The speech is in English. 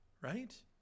right